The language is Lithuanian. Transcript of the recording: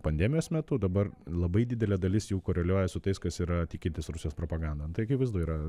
pandemijos metu dabar labai didelė dalis jų koreliuoja su tais kas yra tikintys rusijos propaganda nu tai akivaizdu yra